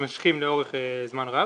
הפיתוחים מתמשכים לאורך זמן רב.